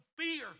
fear